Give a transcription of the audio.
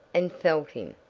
and felt him.